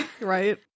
Right